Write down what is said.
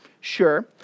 Sure